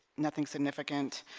nothing significant